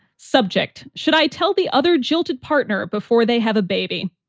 subject. should i tell the other jilted partner before they have a baby?